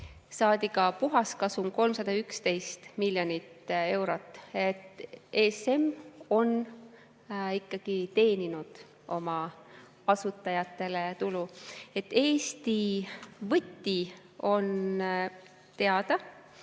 saadi ka puhaskasum 311 miljonit eurot. ESM on ikkagi teeninud oma asutajatele tulu. Eesti võti on teada